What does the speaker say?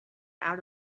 out